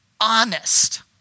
honest